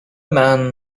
man